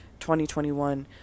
2021